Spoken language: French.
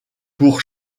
pour